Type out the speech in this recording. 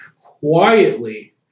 quietly